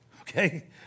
okay